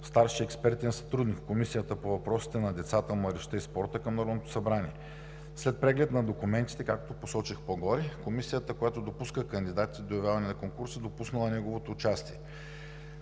„старши експертен сътрудник“ в Комисията по въпросите на децата младежта и спорта към Народното събрание. След преглед на документите, както посочих по-горе, комисията, която допуска кандидати до явяване на конкурси, е допуснала неговото участие.